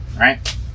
right